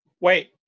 Wait